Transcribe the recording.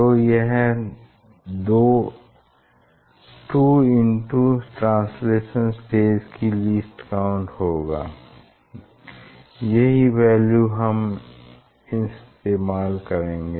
तो यह 2 into translational stage की लीस्ट काउंट होगा यही वैल्यू हम इस्तेमाल करेंगे